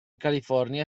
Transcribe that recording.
california